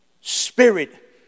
Spirit